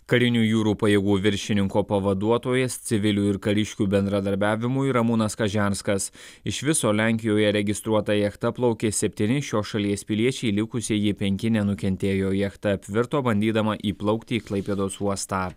karinių jūrų pajėgų viršininko pavaduotojas civilių ir kariškių bendradarbiavimui ramūnas kažerskas iš viso lenkijoje registruota jachta plaukė septyni šios šalies piliečiai likusieji penki nenukentėjo jachta apvirto bandydama įplaukti į klaipėdos uostą